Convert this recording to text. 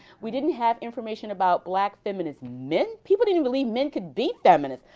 we didn't have information about black feminist men. people didn't believe men could be feminists,